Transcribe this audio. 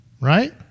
right